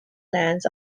lands